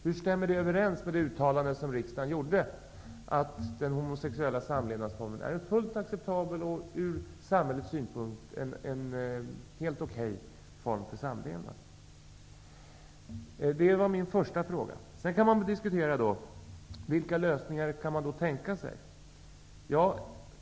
Hur stämmer det överens med det uttalande som riksdagen gjorde att den homosexuella samlevnadsformen är en fullt acceptabel och från samhällets synpunkt godtagbar form för samlevnad? Man kan också diskutera vilka lösningar som är tänkbara.